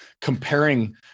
comparing